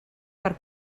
per